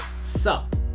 Sup